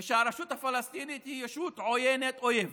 ושהרשות הפלסטינית היא רשות עוינת אויבת,